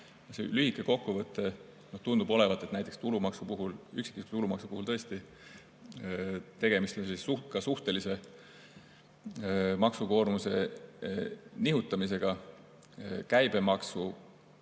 Lühike kokkuvõte tundub olevat, et näiteks tulumaksu puhul, üksikisiku tulumaksu puhul on tõesti tegemist suhtelise maksukoormuse nihutamisega. Käibemaksu